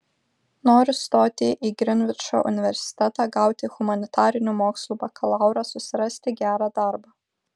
noriu stoti į grinvičo universitetą gauti humanitarinių mokslų bakalaurą susirasti gerą darbą